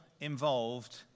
involved